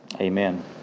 Amen